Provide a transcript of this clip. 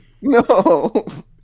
No